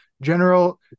general